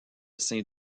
saint